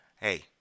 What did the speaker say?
Hey